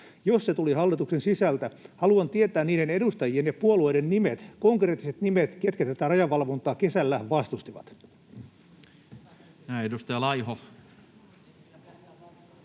Jos se tuli hallituksen sisältä, haluan tietää niiden edustajien ja puolueiden nimet, konkreettiset nimet, ketkä tätä rajavalvontaa kesällä vastustivat. [Leena Meri: